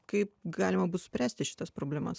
kaip galima bus spręsti šitas problemas